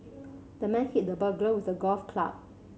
the man hit the burglar with a golf club